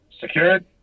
secured